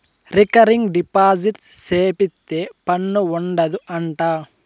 recurring deposit సేపిత్తే పన్ను ఉండదు అంట